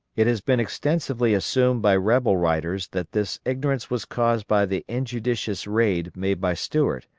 it has been extensively assumed by rebel writers that this ignorance was caused by the injudicious raid made by stuart,